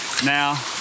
Now